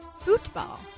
Football